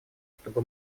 чтобы